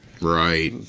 Right